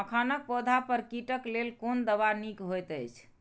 मखानक पौधा पर कीटक लेल कोन दवा निक होयत अछि?